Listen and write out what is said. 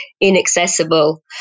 inaccessible